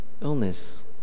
illness